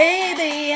Baby